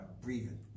breathing